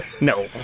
No